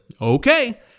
okay